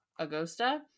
Agosta